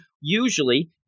usually